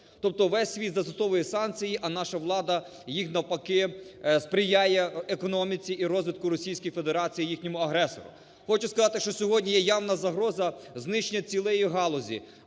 Тобто весь світ застосовує санкції, а наша влада їх навпаки – сприяє економці і розвитку Російської Федерації, їхньому агресору. Хочу сказати, що сьогодні є явна загроза знищення цілої галузі,